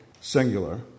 singular